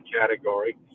category